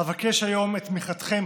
אבקש היום את תמיכתכם,